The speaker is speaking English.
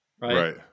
right